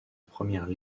première